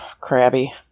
crabby